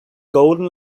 golden